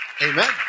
Amen